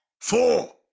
four